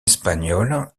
espagnol